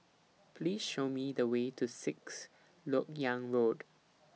Please Show Me The Way to Sixth Lok Yang Road